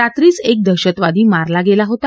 रात्रीच एक दहशतवादी मारला गेला होता